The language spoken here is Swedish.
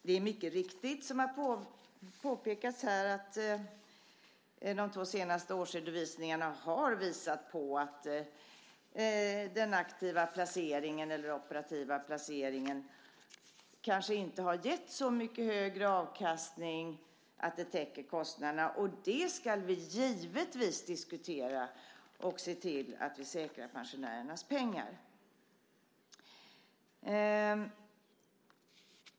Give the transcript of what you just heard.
Det är mycket riktigt, som har påpekats här, att de två senaste årsredovisningarna har visat att den operativa placeringen kanske inte har gett så mycket högre avkastning att det täcker kostnaderna. Det ska vi givetvis diskutera, och vi ska se till att vi säkrar pensionärernas pengar.